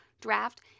draft